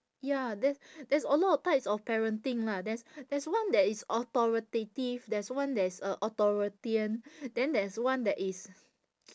ya there there's a lot of types of parenting lah there's there's one that is authoritative there's one that is uh authoritarian then there is one that is